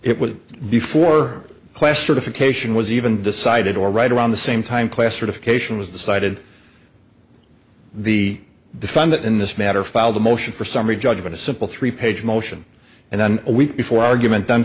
it was before class certification was even decided or right around the same time classification was decided the defendant in this matter filed a motion for summary judgment a simple three page motion and then a week before argument the